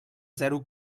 zero